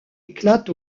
éclatent